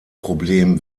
problem